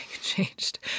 changed